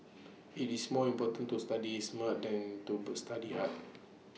IT is more important to study smart than to study hard